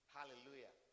Hallelujah